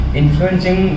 influencing